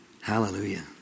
Hallelujah